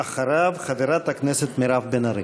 אחריו, חברת הכנסת מירב בן ארי.